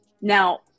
Now